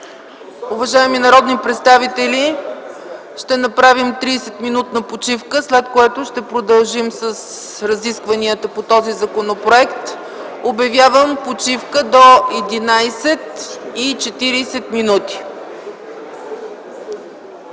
Уважаеми народни представители, ще направим 30-минутна почивка, след което ще продължим с разискванията по този законопроект. Обявявам почивка до 11,40 ч.